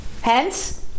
Hence